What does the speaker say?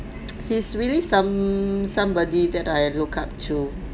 he's really some~ somebody that I look up to